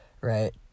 right